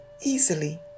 easily